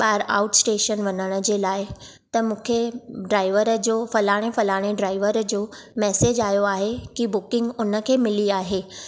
बा॒हिरि out station वञण जे लाइ त मूंखे ड्राइवर जो फलाणे फलाणे ड्राइवर जो मेसेज आयो आहे की बुकिंग उनखे मिली आहे